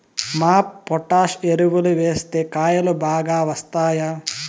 MOP potash ఎరువులు వేస్తే కాయలు బాగా వస్తాయా?